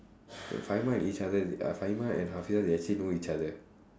and each other uh and faheezah they actually know each other